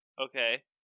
Okay